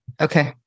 okay